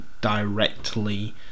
Directly